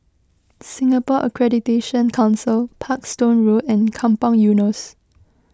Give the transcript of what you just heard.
Singapore Accreditation Council Parkstone Road and Kampong Eunos